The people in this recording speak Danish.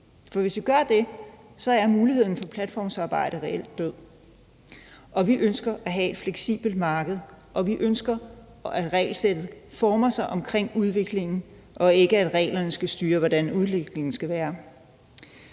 For hvis vi gør det, er muligheden for platformsarbejde reelt død, og vi ønsker at have et fleksibelt arbejdsmarked, og vi ønsker, at regelsættet former sig omkring udviklingen, ikke at reglerne skal styre, hvordan udviklingen skal være.